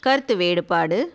கருத்து வேறுபாடு